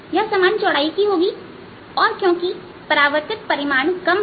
यह समान चौड़ाई की होगी और क्योंकि परावर्तित परिमाण कम है